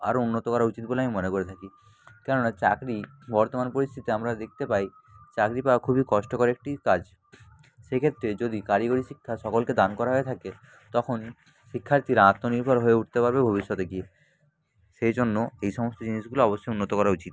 আরও উন্নত করা উচিত বলে আমি মনে করে থাকি কেন না চাকরি বর্তমান পরিস্থিতিতে আমরা দেখতে পাই চাকরি পাওয়া খুবই কষ্টকর একটি কাজ সেক্ষেত্রে যদি কারিগরি শিক্ষা সকলকে দান করা হয়ে থাকে তখন শিক্ষার্থীরা আত্মনির্ভর হয়ে উঠতে পারবে ভবিষ্যতে গিয়ে সেই জন্য এই সমস্ত জিনিসগুলো অবশ্যই উন্নত করা উচিত